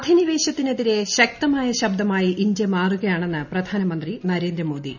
അധിനിവേശത്തിനെതിരെ ശക്തമായ ശബ്ദമായി ഇന്ത്യ മാറുകയാണെന്ന് പ്രധാനമന്ത്രി നരേന്ദ്രമോദി